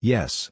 Yes